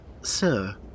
Sir